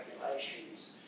regulations